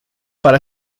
para